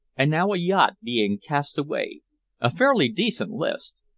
and now a yacht being cast away a fairly decent list!